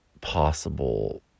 possible